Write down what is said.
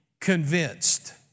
convinced